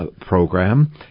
program